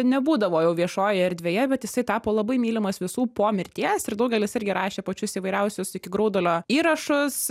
nebūdavo jau viešojoje erdvėje bet jisai tapo labai mylimas visų po mirties ir daugelis irgi rašė pačius įvairiausius iki graudulio įrašus